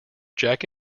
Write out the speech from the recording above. jack